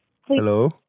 Hello